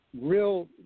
real